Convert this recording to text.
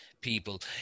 people